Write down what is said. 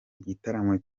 igitaramo